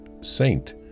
saint